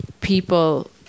people